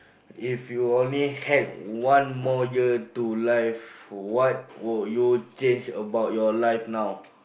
if you only had one more year to life what will you change about your life now